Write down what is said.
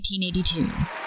1982